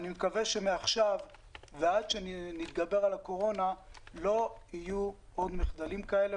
ואני מקווה שמעכשיו ועד שנתגבר על הקורונה לא יהיו עוד מחדלים כאלה,